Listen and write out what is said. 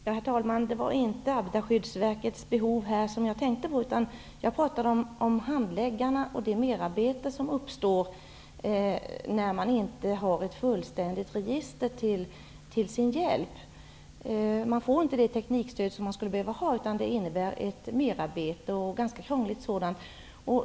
Herr talman! Det var inte Arbetarskyddsverkets behov som jag tänkte på, utan jag pratade om handläggarna och det merarbete som uppstår när de inte har ett fullständigt register till sin hjälp. De får inte det teknikstöd som de skulle behöva ha, utan det blir ett merarbete och ett ganska krångligt sådant.